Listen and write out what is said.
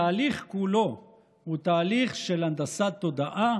התהליך כולו הוא תהליך של הנדסת תודעה